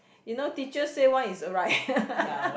you know teachers say one is right